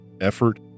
effort